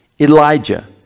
Elijah